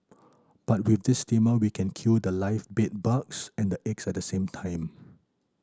but with this steamer we can kill the live bed bugs and the eggs at the same time